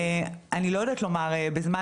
אני לא יודעת לומר בזמן,